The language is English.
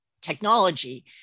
technology